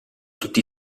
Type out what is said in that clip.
tutti